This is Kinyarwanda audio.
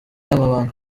amabanga